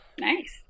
Nice